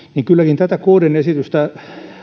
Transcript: kylläkin tätä kdn esitystä